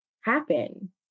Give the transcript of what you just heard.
happen